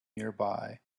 nearby